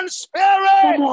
spirit